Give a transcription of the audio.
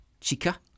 chica